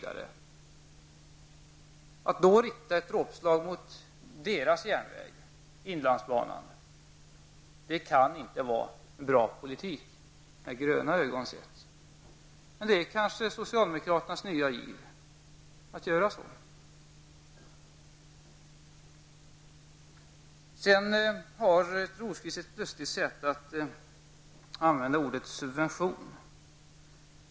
Att då rikta ett dråpslag mot deras järnväg, inlandsbanan, kan inte vara en bra politik, det är det inte med gröna ögon sett. Men det är kanske socialdemokraternas nya giv att göra så. Birger Rosqvist använder ordet ''subvention'' på ett lustigt sätt.